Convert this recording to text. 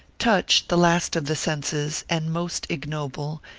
touch, the last of the senses, and most ignoble,